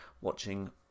watching